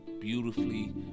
beautifully